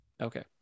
Okay